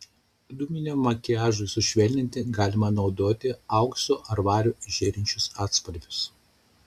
dūminiam makiažui sušvelninti galima naudoti auksu ar variu žėrinčius atspalvius